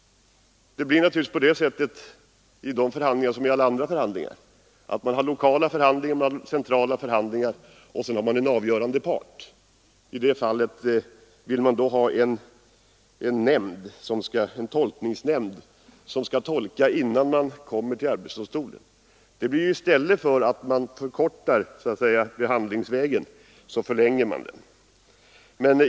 I sådana förhandlingar, liksom i alla andra förhandlingar, blir det naturligtvis så att man har lokala förhandlingar, centrala förhandlingar och en avgörande part. Reservanterna vill ha en tolkningsnämnd, som skall anlitas innan ett ärende kommer till arbetsdomstolen. I stället för att förkorta behandlingsvägen förlänger man den!